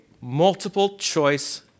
multiple-choice